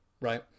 right